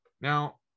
Now